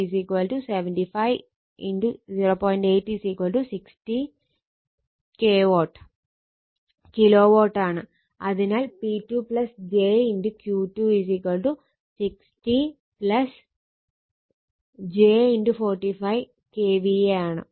അതിനാൽ P2 j Q2 60 j 45 KVA ആണ്